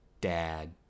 dad